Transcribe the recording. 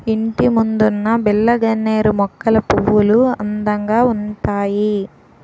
ఇంటిముందున్న బిల్లగన్నేరు మొక్కల పువ్వులు అందంగా ఉంతాయి